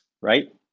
right